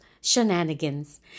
shenanigans